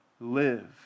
live